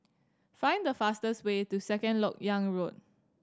find the fastest way to Second Lok Yang Road